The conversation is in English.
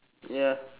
ya